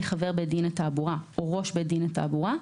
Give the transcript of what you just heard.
חבר בית דין לתעבורה או ראש בית דין לתעבורה,